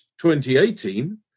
2018